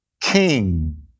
King